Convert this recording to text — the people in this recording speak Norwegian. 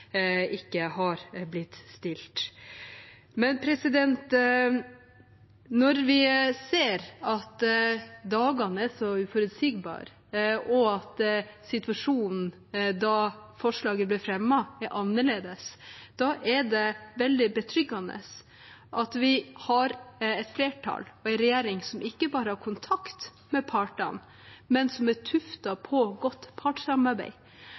Når vi ser at dagene er så uforutsigbare, og at situasjonen var annerledes da forslaget ble fremmet, er det veldig betryggende at vi har et flertall og en regjering som ikke bare har kontakt med partene, men som er tuftet på godt partssamarbeid.